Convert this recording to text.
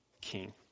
king